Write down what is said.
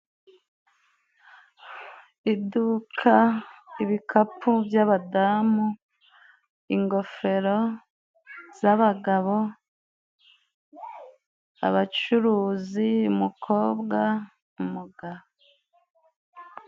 Iduka, ibikapu by'abadamu, ingofero z'abagabo, abacuruzi, Umukobwa, umugabo.